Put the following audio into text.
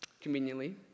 Conveniently